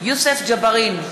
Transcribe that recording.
יוסף ג'בארין,